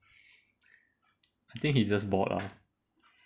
I think he's just bored ah